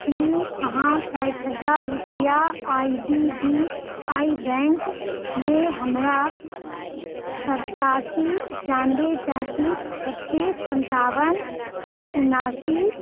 कि अहाँ साठि हजार रुपैआ आइ डी बी आइ बैँकमे हमरा सतासी एकानवे पैँतिस छत्तीस सनतावन उनासी